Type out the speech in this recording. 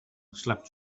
slept